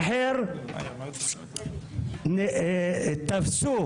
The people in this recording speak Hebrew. אגב, ווליד, הזכרת לי